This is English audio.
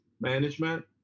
management